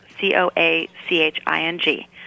C-O-A-C-H-I-N-G